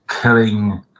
killing